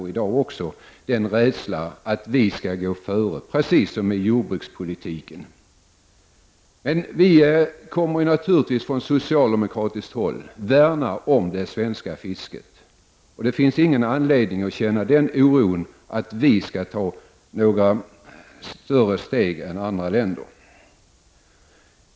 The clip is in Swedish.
De har givit uttryck för en rädsla för att vi skall gå före, precis som i fråga om jordbrukspolitiken. Vi kommer naturligtvis att från socialdemokratiskt håll värna om det svenska fisket. Det finns ingen anledning att känna oro för att vi skall ta större steg än andra länder.